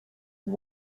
and